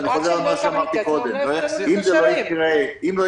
אני חוזר על מה שאמרתי קודם: אם זה לא יקרה היום,